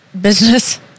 business